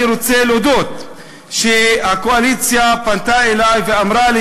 אני רוצה להודות שהקואליציה פנתה אלי ואמרה לי